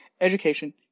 Education